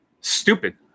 Stupid